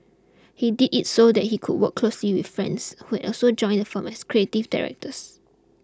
he did it so that he could work closely with friends who had also joined the firm as creative directors